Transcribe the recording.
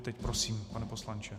Teď prosím, pane poslanče.